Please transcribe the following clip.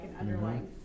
underlying